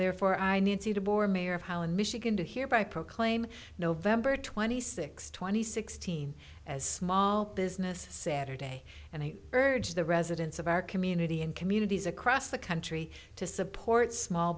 therefore i need you to bore mayor of holland michigan to here by proclaiming november twenty sixth twenty sixteen as small business saturday and i urge the residents of our community and communities across the country to support small